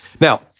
Now